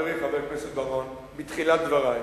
חברי חבר הכנסת בר-און, בתחילת דברי,